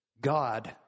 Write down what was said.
God